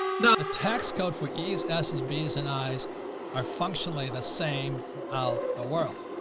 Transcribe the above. not a tax code for e's s's b's and i's are functionally the same throughout the world.